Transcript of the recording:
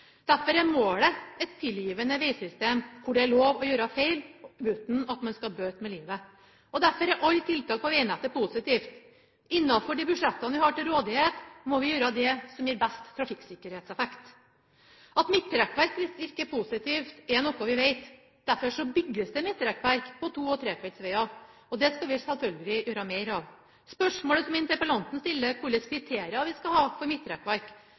Derfor er målet et tilgivende vegsystem hvor det er lov å gjøre feil, uten at man skal bøte med livet. Derfor er alle tiltak på vegnettet positivt. Innafor de budsjettene vi har til rådighet, må vi gjøre det som gir best trafikksikkerhetseffekt. At midtrekkverk virker positivt, er noe vi vet. Derfor bygges det midtrekkverk på to- og trefeltsveger, og det skal vi selvfølgelig gjøre mer av. Spørsmålet som interpellanten stiller, er: Hvilke kriterier skal vi ha for midtrekkverk?